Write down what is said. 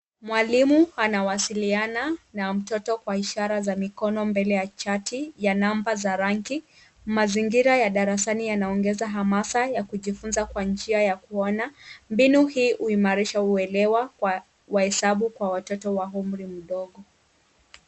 Mwalimu anawasiliana na mtoto kwa ishara za mkono mbele ya chati ya namba za rangi. Mazingira ya darasa yanaongeza hamasa ya kujifunza kwa njia ya kuona. Mbinu hii huimarisha uelewa wa hesabu kwa watoto wa umri mdogo.